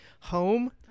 home